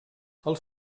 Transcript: els